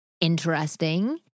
interesting